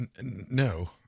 No